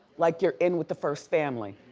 like you're in with the first family.